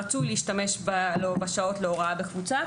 רצוי להשתמש בשעות להוראה בקבוצה,